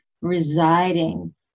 residing